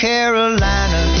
Carolina